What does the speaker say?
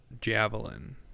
javelin